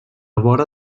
vora